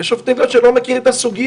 יש גם שופטים שלא מכירים את הסוגייה,